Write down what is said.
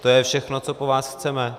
To je všechno, co po vás chceme.